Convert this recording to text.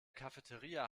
cafeteria